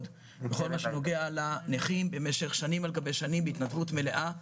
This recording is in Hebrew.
בכל מה שנוגע לנכים ועשה זאת בהתנדבות מלאה.